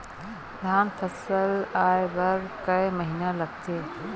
धान फसल आय बर कय महिना लगथे?